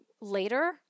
later